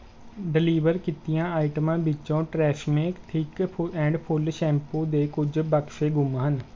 deliver ਕੀਤੀਆਂ ਆਈਟਮਾਂ ਵਿੱਚੋਂ ਟਰੈਸਮੇ ਥਿੱਕ ਫੂ ਐਂਡ ਫੁੱਲ ਸ਼ੈਂਪੂ ਦੇ ਕੁਝ ਬਕਸੇ ਗੁੰਮ ਹਨ